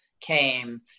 came